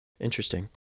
Interesting